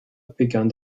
begann